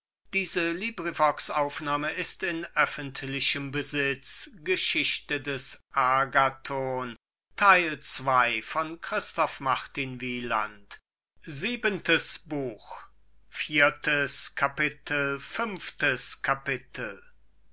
geschichte des agathon